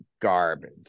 garbage